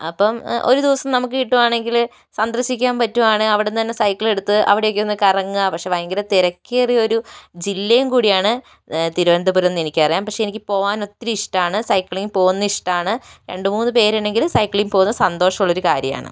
അപ്പം ഒരു ദിവസം നമുക്ക് കിട്ടുവാണെങ്കില് സന്ദർശിക്കാൻ പറ്റുകയാണേൽ അവിടുന്ന് തന്നെ സൈക്കിളെടുത്ത് അവിടെയൊക്കെ ഒന്ന് കറങ്ങുക പക്ഷെ ഭയങ്കര തിരക്കേറിയ ഒരു ജില്ലയും കൂടിയാണ് തിരുവനന്തപുരം എന്നെനിക്കറിയാം പക്ഷെ എനിക്ക് പോകാൻ ഒത്തിരി ഇഷ്ടമാണ് സൈക്കിളിങ്ങ് പോവുന്നത് ഇഷ്ടമാണ് രണ്ട് മൂന്ന് പേരുണ്ടെങ്കില് സൈക്ലിങ്ങ് പോവുന്നത് സന്തോഷമുള്ളൊരു കാര്യമാണ്